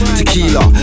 Tequila